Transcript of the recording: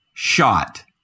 Shot